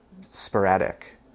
sporadic